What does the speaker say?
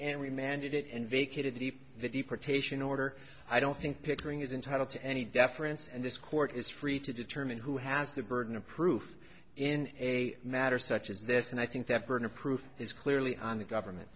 it and vacated the video potations order i don't think pickering is entitled to any deference and this court is free to determine who has the burden of proof in a matter such as this and i think that burden of proof is clearly on the government